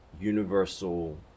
universal